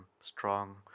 strong